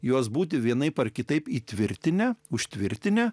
juos būti vienaip ar kitaip įtvirtinę užtvirtinę